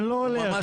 אני לא הולך,